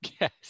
Yes